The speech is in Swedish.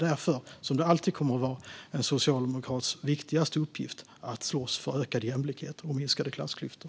Därför kommer det alltid att vara en socialdemokrats viktigaste uppgift att slåss för ökad jämlikhet och minskade klassklyftor.